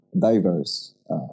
diverse